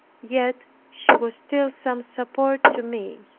yet she was still some support to me.